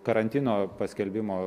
karantino paskelbimo